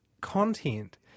content